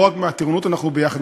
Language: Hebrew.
לא רק מהטירונות אנחנו ביחד,